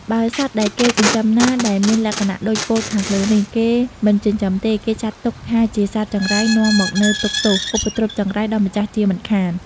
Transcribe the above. បើសត្វដែលគេចិញ្ចឹមណា ដែលមានលក្ខណៈដូចពោលខាងលើនេះ គេមិនចិញ្ចឹមទេ គេចាត់ទុកថាជាសត្វចង្រៃនាំមកនូវទុក្ខទោស ឧបទ្រពចង្រៃដល់ម្ចាស់ជាមិនខាន។